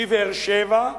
בבאר-שבע,